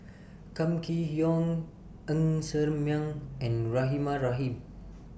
Kam Kee Yong Ng Ser Miang and Rahimah Rahim